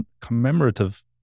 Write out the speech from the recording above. commemorative